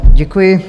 Děkuji.